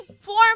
form